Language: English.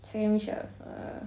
second wish ah err